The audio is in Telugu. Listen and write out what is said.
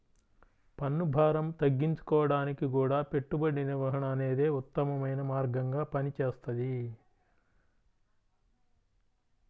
పన్నుభారం తగ్గించుకోడానికి గూడా పెట్టుబడి నిర్వహణ అనేదే ఉత్తమమైన మార్గంగా పనిచేస్తది